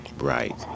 Right